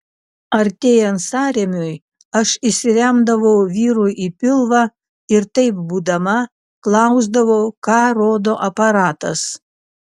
artėjant sąrėmiui aš įsiremdavau vyrui į pilvą ir taip būdama klausdavau ką rodo aparatas